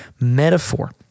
metaphor